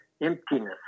emptiness